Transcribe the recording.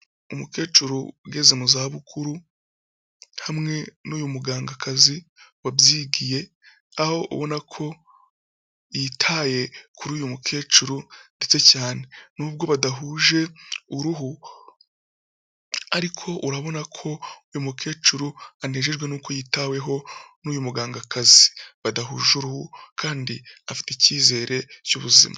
Umukecuru ugeze mu zabukuru hamwe n'uyu mugangakazi wabyigiye aho ubona ko yitaye kuri uyu mukecuru ndetse cyane, n'ubwo badahuje uruhu urabona ko uyu mukecuru anejejwe n'uko yitaweho n'uyu muganga badahuje uruhu kandi afite icyizere cy'ubuzima.